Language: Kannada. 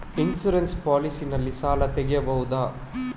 ಇನ್ಸೂರೆನ್ಸ್ ಪಾಲಿಸಿ ನಲ್ಲಿ ಸಾಲ ತೆಗೆಯಬಹುದ?